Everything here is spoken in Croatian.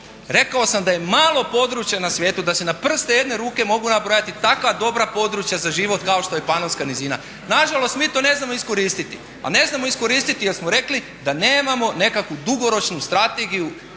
Rekao sam da je malo područja na svijetu da se na prste jedne ruke mogu nabrojati takva dobra područja za život kao što je Panonska nizina. Nažalost mi to ne znamo iskoristi. A ne znamo iskoristiti jer smo rekli da nemamo nekakvu dugoročnu strategiju